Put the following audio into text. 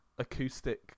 acoustic